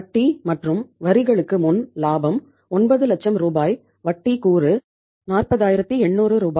வட்டி மற்றும் வரிகளுக்கு முன் லாபம் 90000 ரூ வட்டி கூறு 40800 ரூ